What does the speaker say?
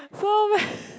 so bad